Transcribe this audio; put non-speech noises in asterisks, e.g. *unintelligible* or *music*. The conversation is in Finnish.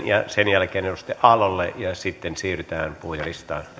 *unintelligible* ja sen jälkeen edustaja aallolle ja sitten siirrytään puhujalistaan